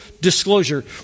disclosure